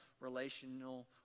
relational